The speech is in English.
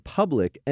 public